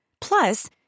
Plus